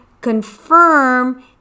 confirm